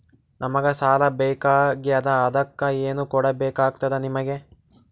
ನಮಗ ಸಾಲ ಬೇಕಾಗ್ಯದ ಅದಕ್ಕ ಏನು ಕೊಡಬೇಕಾಗ್ತದ ನಿಮಗೆ?